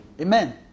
Amen